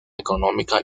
económica